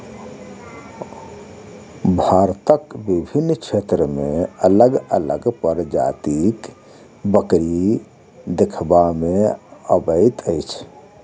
भारतक विभिन्न क्षेत्र मे अलग अलग प्रजातिक बकरी देखबा मे अबैत अछि